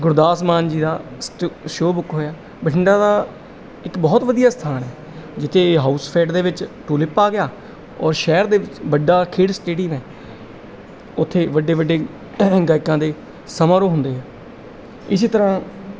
ਗੁਰਦਾਸ ਮਾਨ ਜੀ ਦਾ ਸਟ show book ਹੋਇਆ ਬਠਿੰਡਾ ਦਾ ਇੱਕ ਬਹੁਤ ਵਧੀਆ ਸਥਾਨ ਹੈ ਜਿੱਥੇ ਹਾਊਸਫੇਡ ਦੇ ਵਿੱਚ ਟੂਲਿਪ ਆ ਗਿਆ ਔਰ ਸ਼ਹਿਰ ਦੇ ਵੱਡਾ ਖੇਡ ਸਟੇਡੀਅਮ ਹੈ ਉੱਥੇ ਵੱਡੇ ਵੱਡੇ ਗਾਇਕਾਂ ਦੇ ਸਮਾਰੋਹ ਹੁੰਦੇ ਆ ਇਸੇ ਤਰ੍ਹਾਂ